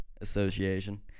association